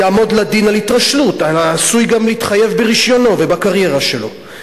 יעמוד לדין על התרשלות ועשוי גם להתחייב ברשיונו ובקריירה שלו.